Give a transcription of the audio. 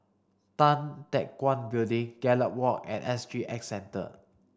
Tan Teck Guan Building Gallop Walk and S G X Centre